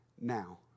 now